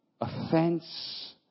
offense